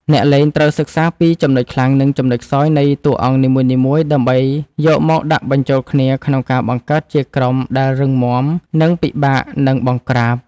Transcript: អ្នកលេងត្រូវសិក្សាពីចំណុចខ្លាំងនិងចំណុចខ្សោយនៃតួអង្គនីមួយៗដើម្បីយកមកដាក់បញ្ចូលគ្នាក្នុងការបង្កើតជាក្រុមដែលរឹងមាំនិងពិបាកនឹងបង្ក្រាប។